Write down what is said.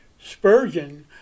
Spurgeon